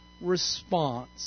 response